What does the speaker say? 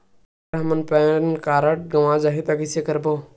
अगर हमर PAN card गवां जाही कइसे करबो?